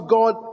God